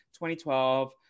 2012